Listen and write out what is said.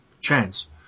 chance